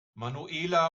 manuela